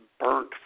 Burnt